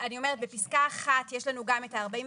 אני אומרת, בפסקה (1) יש לנו גם את ה-45